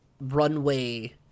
runway